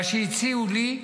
מה שהציעו לי: